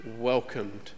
welcomed